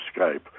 Skype